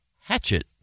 hatchet